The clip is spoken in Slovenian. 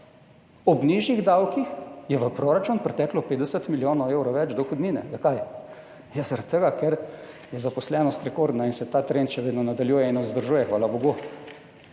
Ob nižjih davkih je v proračun priteklo 50 milijonov evrov več dohodnine. Zakaj? Zaradi tega, ker je zaposlenost rekordna in se ta trend še vedno nadaljuje in vzdržuje, hvala bogu.